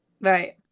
Right